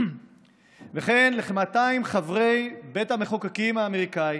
וכן לכ-200 חברי בית המחוקקים האמריקאי